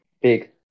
Big